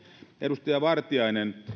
edustaja vartiainen